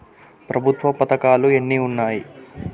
ప్రభుత్వ పథకాలు ఎన్ని ఉన్నాయి?